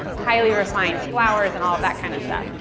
highly refined flours, and all of that kind of stuff.